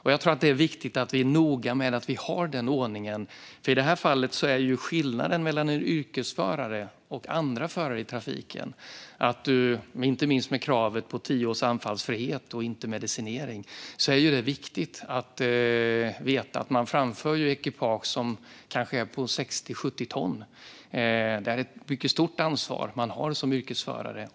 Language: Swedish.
Jag tror att det är viktigt att vi är noga med att vi har den ordningen. Det är en skillnad mellan en yrkesförare och andra förare i trafiken. Jag tänker inte minst på kravet på tio års anfallsfrihet utan medicinering. Det är viktigt att veta att man framför ekipage som kanske är på 60, 70 ton. Det är ett mycket stort ansvar man har som yrkesförare.